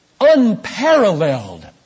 unparalleled